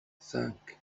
cinq